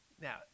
Now